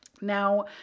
Now